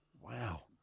Wow